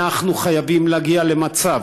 אנחנו חייבים להגיע למצב